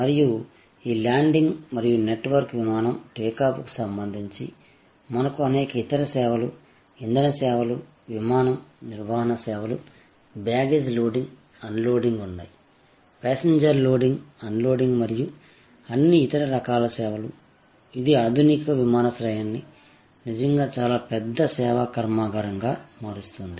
మరియు ఈ ల్యాండింగ్ మరియు నెట్వర్క్ విమానం టేకాఫ్కు సంబంధించి మనకు అనేక ఇతర సేవలు ఇంధన సేవలు విమానం నిర్వహణ సేవలు బ్యాగేజ్ లోడింగ్ అన్లోడింగ్ ఉన్నాయి ప్యాసింజర్ లోడింగ్ అన్లోడింగ్ మరియు అన్ని ఇతర రకాల సేవలు ఇది ఆధునిక విమానాశ్రయాన్ని నిజంగా చాలా పెద్ద సేవా కర్మాగారంగా మారుస్తుంది